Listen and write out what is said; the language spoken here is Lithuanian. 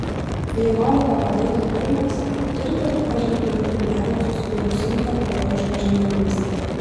jei norite padėti kurmiams turite pripažinti jų kurmiarausius ir užsiimti ekologiška žemdirbyste